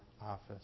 office